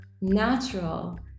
natural